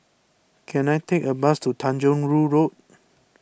can I take a bus to Tanjong Rhu Road